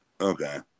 Okay